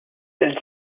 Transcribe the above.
celle